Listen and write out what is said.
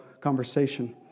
conversation